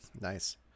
Nice